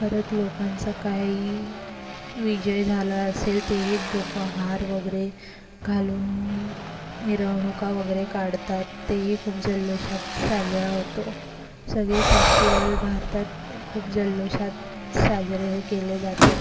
परत लोकांचं काही विजय झाला असेल तेही डोकं हार वगैरे घालून मिरवणुका वगैरे काढतात तेही खूप जल्लोषात साजरा होतो सगळे फेस्टिवल भारतात खूप जल्लोषात साजरे केले जातात